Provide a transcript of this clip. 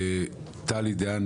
טלי דהן,